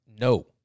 No